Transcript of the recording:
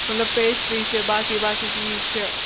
مطلب پیسٹرٛی چھِ باقٕے باقٕے چیٖز چھِ